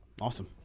Awesome